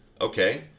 Okay